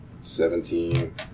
Seventeen